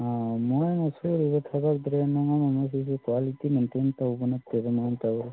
ꯑꯧ ꯃꯣꯏꯅ ꯁꯨꯔꯤꯕ ꯊꯕꯛ ꯗ꯭ꯔꯦꯟ ꯅꯨꯡ ꯑꯃ ꯑꯃ ꯁꯤꯁꯨ ꯀ꯭ꯋꯥꯂꯤꯇꯤ ꯃꯦꯟꯇꯦꯟ ꯇꯧꯕ ꯅꯠꯇꯦꯗ ꯃꯣꯏ ꯇꯧꯔꯤꯁꯦ